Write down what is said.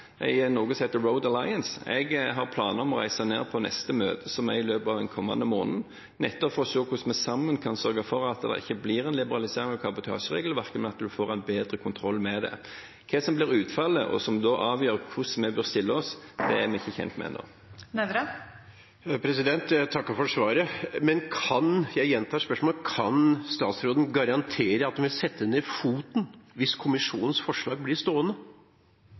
Road Alliance. Jeg har planer om å reise på neste møte, som er i løpet av den kommende måneden, nettopp for å se hvordan vi sammen kan sørge for at det ikke blir en liberalisering av kabotasjeregelverket, men at en får bedre kontroll med det. Hva som blir utfallet, og som da avgjør hvordan vi bør stille oss, er vi ikke kjent med ennå. Jeg takker for svaret. Men jeg gjentar spørsmålet: Kan statsråden garantere at han vil sette ned foten hvis Kommisjonens forslag blir stående?